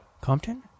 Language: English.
Compton